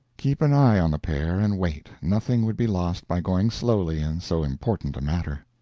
keep an eye on the pair, and wait nothing would be lost by going slowly in so important a matter.